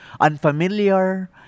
unfamiliar